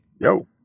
yo